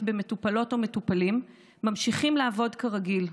במטופלות או במטופלים ממשיכים לעבוד כרגיל,